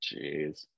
Jeez